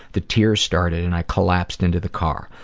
the tears started and i collapsed into the car.